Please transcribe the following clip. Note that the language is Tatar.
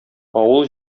авыл